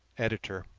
editor.